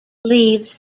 leaves